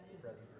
presence